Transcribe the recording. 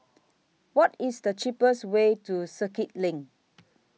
What IS The cheapest Way to Circuit LINK